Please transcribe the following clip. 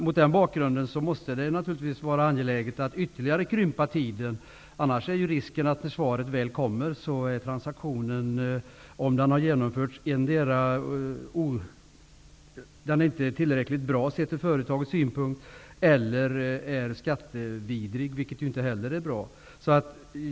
Mot den bakgrunden är det naturligtvis angeläget att ytterligare korta handläggningstiden -- annars är risken, när svaret väl kommer, att transaktionen, om den genomförs, endera inte är tillräckligt bra sett ur företagets synpunkt eller är skattevidrig, vilket inte heller är bra.